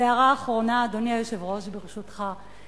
והערה אחרונה, אדוני היושב-ראש, ברשותך.